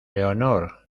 leonor